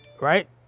Right